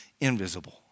invisible